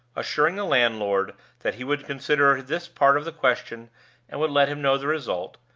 assuring the landlord that he would consider this part of the question and would let him know the result,